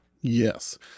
Yes